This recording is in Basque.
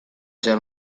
zer